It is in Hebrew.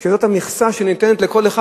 שזו המכסה שניתנת לכל אחד,